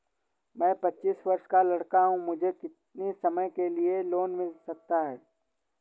मैं पच्चीस वर्ष का लड़का हूँ मुझे कितनी समय के लिए लोन मिल सकता है?